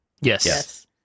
Yes